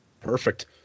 Perfect